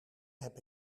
heb